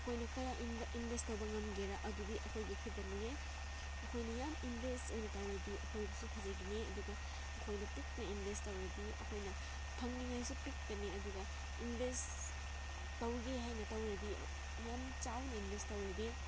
ꯑꯩꯈꯣꯏꯅ ꯀꯌꯥ ꯏꯟꯚꯦꯁ ꯇꯧꯕ ꯉꯝꯒꯦꯔꯥ ꯑꯗꯨꯗꯤ ꯑꯩꯈꯣꯏꯒꯤ ꯈꯨꯠꯇ ꯂꯩꯌꯦ ꯑꯩꯈꯣꯏꯅ ꯌꯥꯝ ꯏꯟꯚꯦꯁ ꯑꯣꯏꯅ ꯇꯧꯔꯗꯤ ꯑꯩꯈꯣꯏꯕꯨꯁꯨ ꯐꯖꯒꯅꯤ ꯑꯗꯨꯒ ꯑꯩꯈꯣꯏꯅ ꯄꯤꯛꯅ ꯏꯟꯚꯦꯁ ꯇꯧꯔꯗꯤ ꯑꯩꯈꯣꯏꯅ ꯐꯪꯅꯤꯡꯉꯥꯏꯁꯨ ꯄꯤꯛꯄꯅꯤ ꯑꯗꯨꯒ ꯏꯟꯚꯦꯁ ꯇꯧꯒꯦ ꯍꯥꯏꯅ ꯇꯧꯔꯗꯤ ꯌꯥꯝ ꯆꯥꯎꯅ ꯏꯟꯚꯦꯁ ꯇꯧꯔꯗꯤ